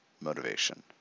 motivation